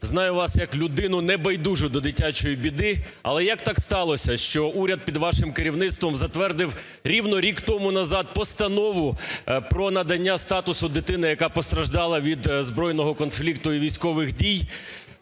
знаю вас як людину, не байдужу до дитячої біди, але як так сталося, що уряд під вашим керівництвом затвердив рівно рік тому назад постанову про надання статусу дитини, яка постраждала від збройного конфлікту і військових дій,